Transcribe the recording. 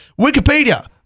Wikipedia